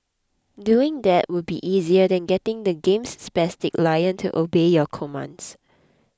doing that would be easier than getting the game's spastic lion to obey your commands